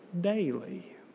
daily